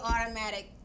automatic